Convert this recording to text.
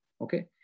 Okay